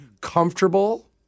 comfortable